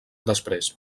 després